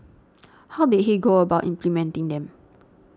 how did he go about implementing them